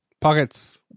Pockets